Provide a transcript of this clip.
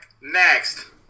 next